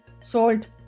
salt